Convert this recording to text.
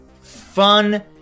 fun